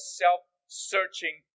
self-searching